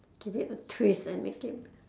give it a twist and make it